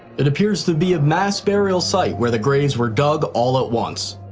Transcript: it appears to be a mass burial site where the graves were dug all at once.